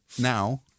now